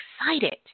excited